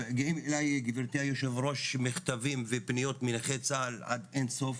ואולי גברתי היושב ראש מכתבים ופניות מנכי צה"ל עד אינסוף,